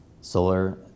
solar